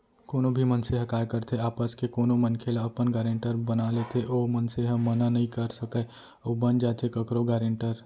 कोनो भी मनसे ह काय करथे आपस के कोनो मनखे ल अपन गारेंटर बना लेथे ओ मनसे ह मना नइ कर सकय अउ बन जाथे कखरो गारेंटर